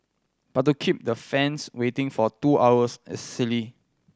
but to keep the fans waiting for two hours is silly